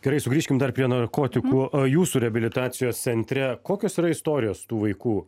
gerai sugrįžkim dar prie narkotikų o jūsų reabilitacijos centre kokios yra istorijos tų vaikų